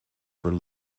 for